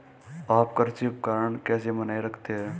आप कृषि उपकरण कैसे बनाए रखते हैं?